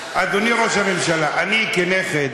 אדוני ראש הממשלה, אני, כנכד,